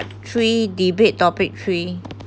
three debate topic three